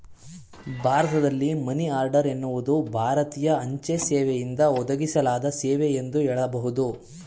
ಭಾರತದಲ್ಲಿ money order ಎನ್ನುವುದು ಭಾರತೀಯ ಅಂಚೆ ಸೇವೆಯಿಂದ ಒದಗಿಸಲಾದ ಸೇವೆ ಎಂದು ಹೇಳಬಹುದು